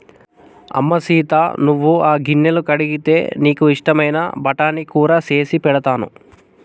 అమ్మ సీత నువ్వు ఆ గిన్నెలు కడిగితే నీకు ఇష్టమైన బఠానీ కూర సేసి పెడతాను